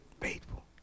Faithful